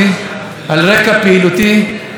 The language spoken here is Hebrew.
כל שנה אומרים "ברוך שעשני נס במקום הזה,